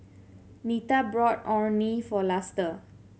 Nita bought Orh Nee for Luster